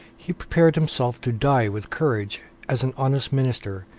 he prepared himself to die with courage, as an honest minister,